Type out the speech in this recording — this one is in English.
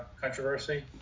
controversy